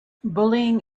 bullying